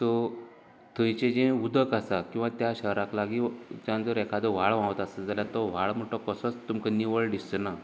so थंयचे जे उदक आसा किंवां त्या शहरांक लागीं उदकान जर एकादो व्हाळ व्हांवता आसता जाल्यार तो व्हाळ म्हणटो तो कसोच तुमकां निवळ दिसचो ना